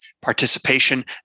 participation